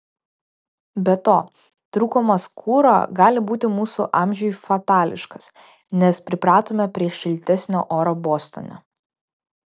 be to trūkumas kuro gali būti mūsų amžiui fatališkas nes pripratome prie šiltesnio oro bostone